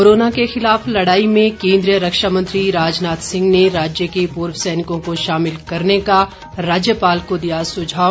corona के खिलाफ लड़ाई में केन्द्रीय रक्षा मंत्री राजनाथ सिंह ने राज्य के पूर्व सैनिकों को शामिल करने का राज्यपाल को दिया सुझाव